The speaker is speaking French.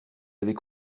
avait